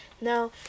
Now